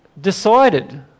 decided